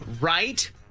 right